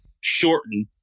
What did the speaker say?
shorten